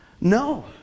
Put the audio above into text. No